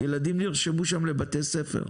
ילדים נרשמו שם לבתי ספר,